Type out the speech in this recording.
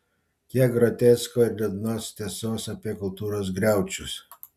kiek grotesko ir liūdnos tiesos apie kultūros griaučius